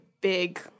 big